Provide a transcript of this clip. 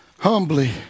Humbly